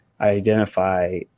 identify